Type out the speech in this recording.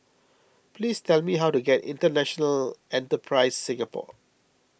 please tell me how to get International Enterprise Singapore